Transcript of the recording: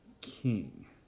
king